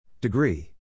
Degree